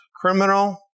criminal